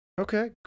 Okay